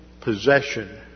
possession